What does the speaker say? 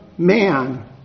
man